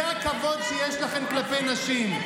זה הכבוד שיש לכם כלפי נשים.